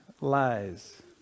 lies